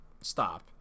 stop